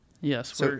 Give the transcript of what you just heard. Yes